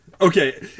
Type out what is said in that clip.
Okay